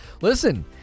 listen